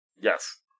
Yes